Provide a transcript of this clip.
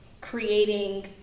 creating